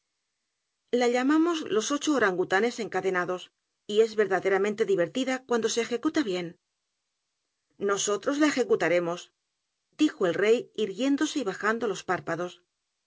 la llamamos los ocho orangutanes encadenados y es verdaderamente divertida cuando se ejecuta bien nosotros lo ejecutaremos dijo el rey irguiéndose y bajando los párpados